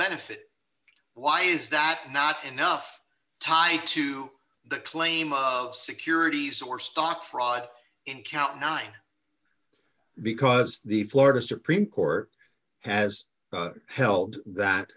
benefit why is that not enough time to claim securities or stock fraud in count nine because the florida supreme court has held that